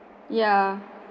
ya